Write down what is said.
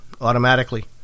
automatically